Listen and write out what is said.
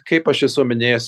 kaip aš esu minėjęs